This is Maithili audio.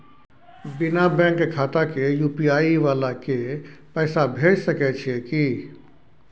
बिना बैंक खाता के यु.पी.आई वाला के पैसा भेज सकै छिए की?